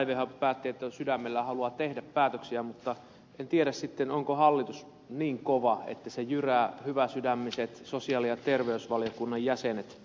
taiveaho päätti että sydämellään haluaa tehdä päätöksiä mutta en tiedä sitten onko hallitus niin kova että se jyrää hyväsydämiset sosiaali ja terveysvaliokunnan jäsenet